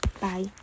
bye